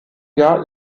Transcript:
jahr